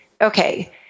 okay